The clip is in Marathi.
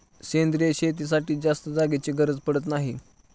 सेंद्रिय शेतीसाठी जास्त जागेची गरज पडत नाही